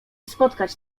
spotkać